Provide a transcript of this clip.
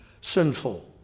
sinful